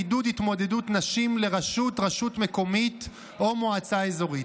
עידוד התמודדות נשים לראש רשות מקומית או מועצה אזורית)